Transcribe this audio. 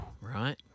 right